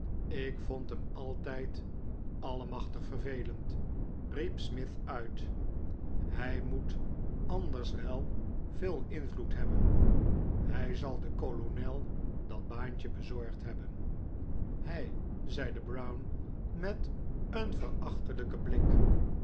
ik vond hem altijd allemachtig vervelend riep smith uit hij moet anders wel veel invloed hebben hij zal den kolonel dat baantje bezorgd hebben hij zeide brown met een verachtelijken blik